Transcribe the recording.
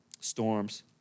storms